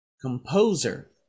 composer